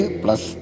plus